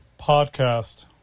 podcast